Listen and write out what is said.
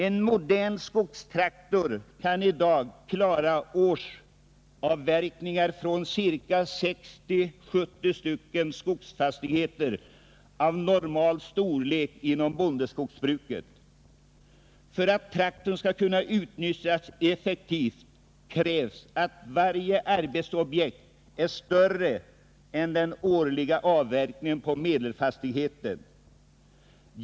En modern skogstraktor kan klara årsavverkningar från 60-70 skogsfastigheter av den storlek som är normal inom bondeskogsbruket. För att traktorn skall kunna utnyttjas effektivt krävs att varje arbetsobjekt är större än den årliga avverkningen på vad som nu är medelfastigheter.